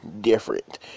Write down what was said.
different